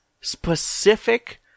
specific